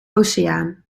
oceaan